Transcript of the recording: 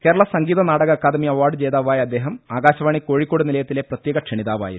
Kerala Sangeetha Nataka Akademi award ജേതാവായ അദ്ദേഹം ആകാശവാണി കോഴിക്കോട് നിലയത്തിലെ പ്രത്യേക ക്ഷണിതാവായിരുന്നു